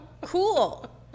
cool